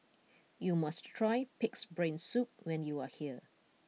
you must try Pig'S Brain Soup when you are here